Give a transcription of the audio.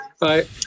Bye